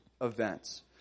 events